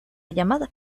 llamada